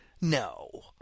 No